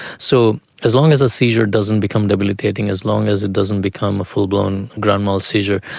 so as long as a seizure doesn't become debilitating, as long as it doesn't become a full-blown grand mal seizure,